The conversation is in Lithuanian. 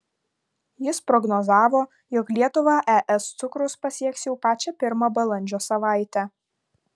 jis prognozavo jog lietuvą es cukrus pasieks jau pačią pirmą balandžio savaitę